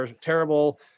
terrible